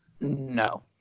No